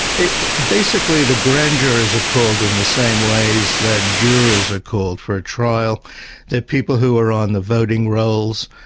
basically the grand jurors are called in the same ways that jurors are called for a trial they're people who are on the voting rolls,